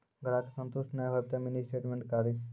ग्राहक के संतुष्ट ने होयब ते मिनि स्टेटमेन कारी?